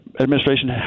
administration